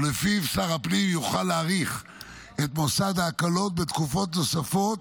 ולפיו שר הפנים יוכל להאריך את מוסד ההקלות בתקופות נוספות